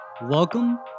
Welcome